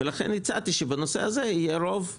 לכן הצעתי שבנושא הזה יהיה רוב מיוחס,